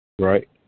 right